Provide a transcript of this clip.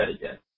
again